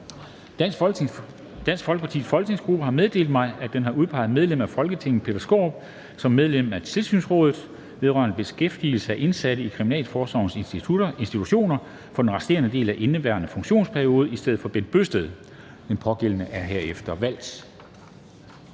Dansk Folkepartis folketingsgruppe har meddelt mig, at den har udpeget medlem af Folketinget Peter Skaarup som medlem af tilsynsrådet vedrørende beskæftigelsen af de indsatte i Kriminalforsorgens institutioner for den resterende del af indeværende funktionsperiode i stedet for Bent Bøgsted. Den pågældende er herefter valgt.